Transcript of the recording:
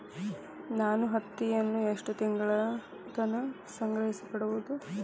ನಾನು ಹತ್ತಿಯನ್ನ ಎಷ್ಟು ತಿಂಗಳತನ ಸಂಗ್ರಹಿಸಿಡಬಹುದು?